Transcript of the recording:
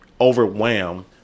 overwhelmed